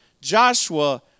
Joshua